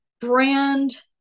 brand